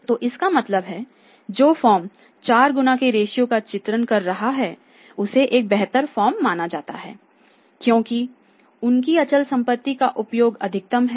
तो इसका मतलब है कि जो फर्म 4 बार के रेशियो का चित्रण कर रही है उसे एक बेहतर फर्म माना जाता है क्योंकि उनकी अचल संपत्ति का उपयोग अधिकतम है